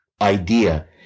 idea